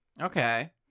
okay